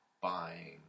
buying